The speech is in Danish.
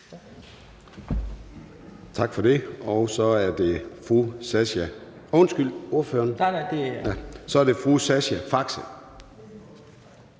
Tak for det. Så er det fru Sascha Faxe.